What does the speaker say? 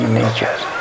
nature